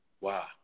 Wow